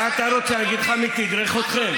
מה אתה רוצה, שאגיד לך מי תדרך אתכם?